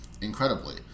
Incredibly